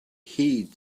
heed